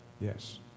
Yes